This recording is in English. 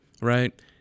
right